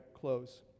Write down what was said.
close